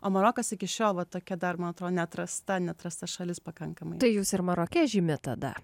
o marokas iki šiol va tokia dar man atrodo neatrasta neatrasta šalis pakankamai tai jūs ir maroke žymi tada